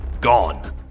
gone